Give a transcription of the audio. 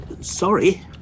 sorry